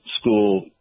school